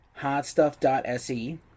HotStuff.se